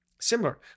Similar